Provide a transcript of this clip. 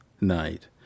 night